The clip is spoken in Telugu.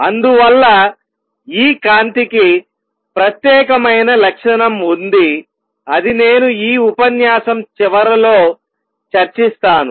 అందువల్ల ఈ కాంతి కి ప్రత్యేకమైన లక్షణం ఉంది అది నేను ఈ ఉపన్యాసం చివరలో చర్చిస్తాను